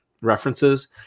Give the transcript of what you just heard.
references